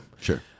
sure